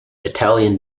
italian